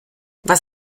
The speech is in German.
was